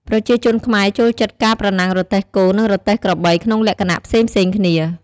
ប្រជាជនខ្មែរចូលចិត្តការប្រណាំងរទេះគោ និងរទេះក្របីក្នុងលក្ខណៈផ្សេងៗគ្នា។